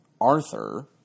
Arthur